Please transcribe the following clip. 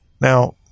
now